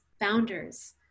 founders